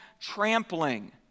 trampling